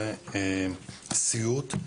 זה סיוט.